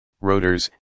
rotors